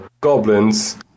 goblins